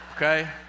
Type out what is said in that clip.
Okay